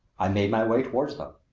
i made my way toward them.